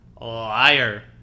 Liar